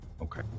Okay